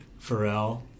Pharrell